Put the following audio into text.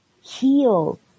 heal